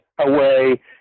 away